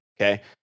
Okay